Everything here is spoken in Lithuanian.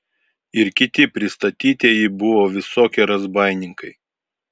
ir kiti pristatytieji buvo visokie razbaininkai